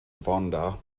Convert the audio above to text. vonda